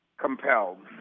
compelled